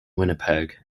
winnipeg